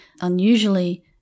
unusually